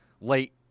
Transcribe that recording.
late